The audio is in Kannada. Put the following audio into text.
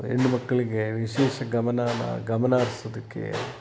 ಹೆಣ್ಣ್ ಮಕ್ಕಳಿಗೆ ವಿಶೇಷ ಗಮನಾನ ಗಮನ ಹರ್ಸೋದುಕ್ಕೆ